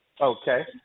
okay